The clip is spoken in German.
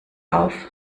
auf